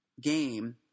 game